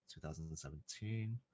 2017